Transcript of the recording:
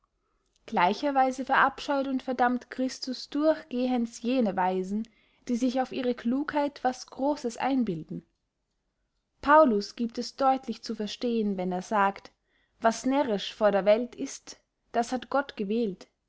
gleicherweise verabscheut und verdammt christus durchgehends jene weisen die sich auf ihre klugheit was grosses einbilden paulus giebt es deutlich zu verstehen wenn er sagt was närrisch vor der welt ist das hat gott gewählt